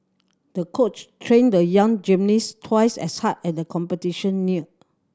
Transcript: the coach trained the young gymnast twice as hard as the competition neared